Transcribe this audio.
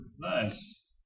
Nice